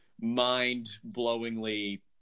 mind-blowingly